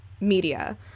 media